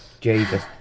Jesus